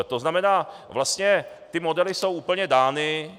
To znamená, vlastně ty modely jsou úplně dány.